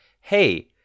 hey